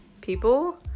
people